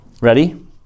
Ready